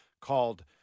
called